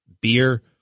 beer